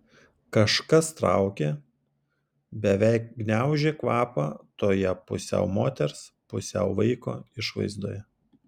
kažkas traukė beveik gniaužė kvapą toje pusiau moters pusiau vaiko išvaizdoje